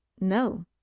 No